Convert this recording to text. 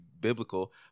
biblical